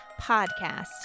Podcast